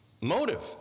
motive